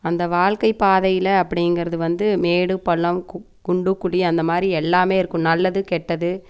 அந்த வாழ்க்கை பாதையில் அப்படிங்கிறது வந்து மேடு பள்ளம் குண்டு குழி அந்த மாதிரி எல்லாம் இருக்கும் நல்லது கெட்டது